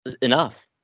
enough